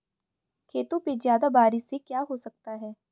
खेतों पे ज्यादा बारिश से क्या हो सकता है?